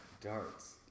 Darts